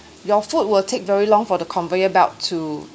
your food will take very long for the conveyor belt to